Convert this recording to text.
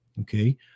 okay